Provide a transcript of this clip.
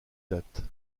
date